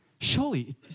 Surely